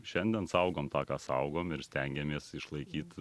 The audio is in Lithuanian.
šiandien saugom tą ką saugom ir stengiamės išlaikyt